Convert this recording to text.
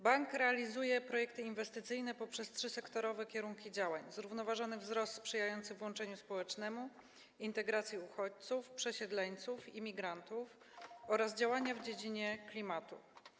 Bank realizuje projekty inwestycyjne poprzez trzysektorowe kierunki działań: zrównoważony wzrost sprzyjający włączeniu społecznemu, integracji uchodźców, przesiedleńców i migrantów oraz działania w dziedzinie klimatu.